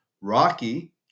Rocky